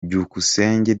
byukusenge